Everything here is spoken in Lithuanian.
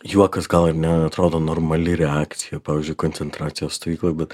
juokas gal ir neatrodo normali reakcija pavyzdžiui koncentracijos stovykloj bet